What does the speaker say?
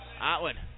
Atwood